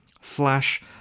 slash